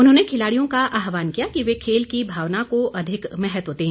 उन्होंने खिलाड़ियों का आहवान किया कि वे खेल की भावना को अधिक महत्व दें